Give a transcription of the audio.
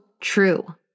true